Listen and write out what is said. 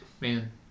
Man